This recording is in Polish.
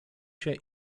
się